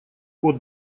кот